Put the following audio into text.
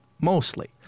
mostly